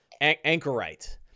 anchorite